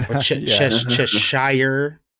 Cheshire